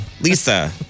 Lisa